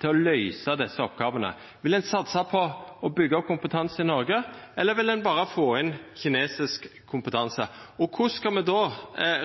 til å løysa desse oppgåvene? Vil ein satsa på å byggja opp kompetanse i Noreg, eller vil ein berre få inn kinesisk kompetanse? Korleis skal me